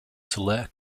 tulare